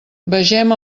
vegem